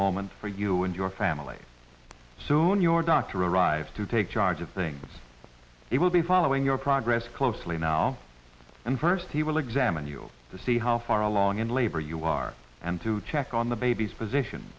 moment for you and your family soon your doctor arrives to take charge of things it will be following your progress closely now and first he will examine you to see how far along in labor you are and to check on the baby's position